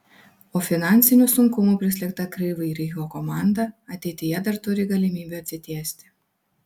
o finansinių sunkumų prislėgta kryvyj riho komanda ateityje dar turi galimybių atsitiesti